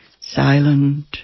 silent